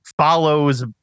follows